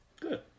Good